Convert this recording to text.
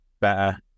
better